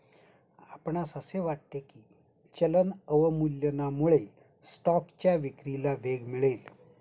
आपणास असे वाटते की चलन अवमूल्यनामुळे स्टॉकच्या विक्रीला वेग मिळेल?